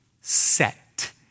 set